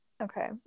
Okay